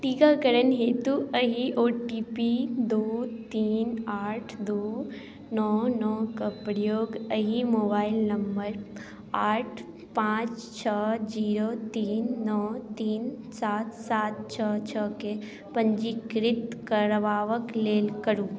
टीकाकरण हेतु एहि ओ टी पी दू तीन आठ दू नओ नओके प्रयोग एहि मोबाइल नम्बर आठ पाँच छओ जीरो तीन नओ तीन सात सात छओ छओके पञ्जीकृत करबाबैके लेल करू